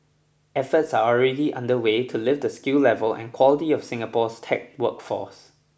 efforts are already underway to lift the skill level and quality of Singapore's tech workforce